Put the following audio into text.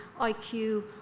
IQ